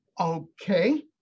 Okay